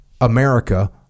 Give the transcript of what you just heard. America